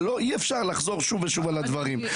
אבל אי אפשר לחזור שוב ושוב על הדברים.